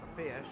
fish